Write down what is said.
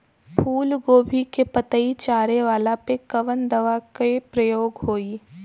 फूलगोभी के पतई चारे वाला पे कवन दवा के प्रयोग होई?